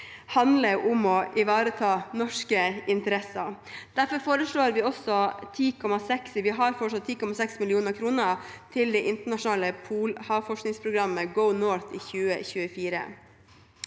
nord handler om å ivareta norske interesser. Derfor foreslår vi fortsatt 10,6 mill. kr til det internasjonale polhavforskningsprogrammet GoNorth i 2024.